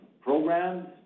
programs